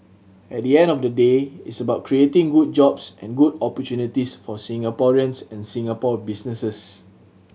at the end of the day it's about creating good jobs and good opportunities for Singaporeans and Singapore businesses